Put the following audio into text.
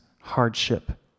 hardship